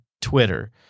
Twitter